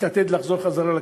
מתעתד לחזור לכנסת,